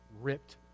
ripped